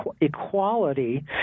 equality